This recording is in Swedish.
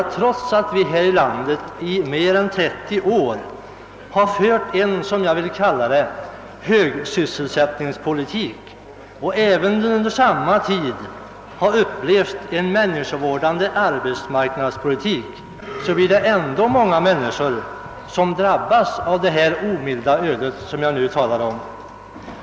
Trots att vi här i landet i mer än 30 år har fört — som jag vill kalla det — en högsysselsättningspolitik och även under samma tid har upplevt en människovårdande arbetsmarknadspolitik blir många människor drabbade av det omilda öde som jag nu talar om.